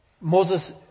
Moses